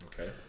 Okay